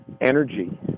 energy